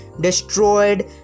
destroyed